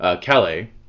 Calais